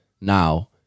now